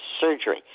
surgery